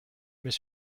mais